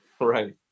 right